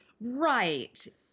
Right